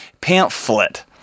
Pamphlet